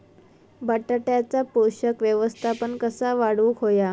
बटाट्याचा पोषक व्यवस्थापन कसा वाढवुक होया?